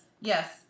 Yes